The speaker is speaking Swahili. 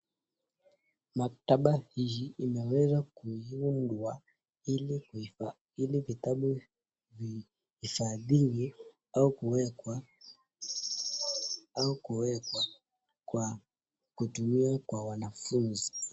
Maktaba hii imeweza kuiundwa ili vitabu vihifadhiwe au kuweza kwa kutumiwa kwa wanafuzi.